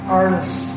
artists